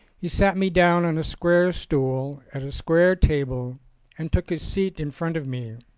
he sat me down on a square stool at a square table and took his seat in front of me.